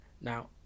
Now